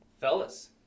fellas